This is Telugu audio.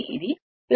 04 అవుతుంది